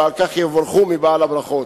ועל כך יבורכו מבעל הברכות.